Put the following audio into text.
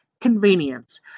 convenience